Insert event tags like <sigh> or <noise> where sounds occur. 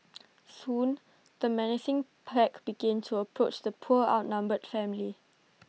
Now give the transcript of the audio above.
<noise> soon the menacing pack began to approach the poor outnumbered family